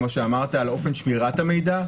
כמו שאמרת: על אופן שמירת המידע,